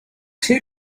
two